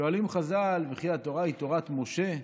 שואלים חז"ל: וכי התורה היא תורת משה?